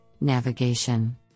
navigation